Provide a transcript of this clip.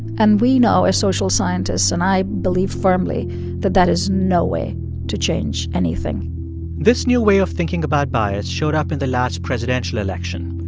and we know as social scientists and i believe firmly that that is no way to change anything this new way of thinking about bias showed up in the last presidential election.